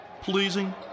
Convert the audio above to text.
pleasing